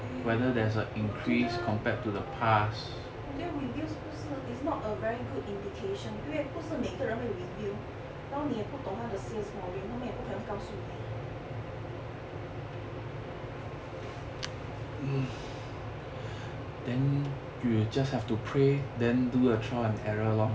err 我觉得我觉得 review 不是 is not a very good indication 因为不是每个人会 review 然后你也不懂它的 sales volume 他们也不可能告诉你